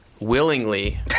willingly